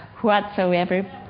whatsoever